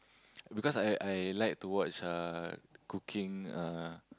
because I I like to watch uh cooking uh